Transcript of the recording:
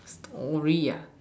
story ah